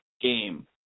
game